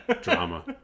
drama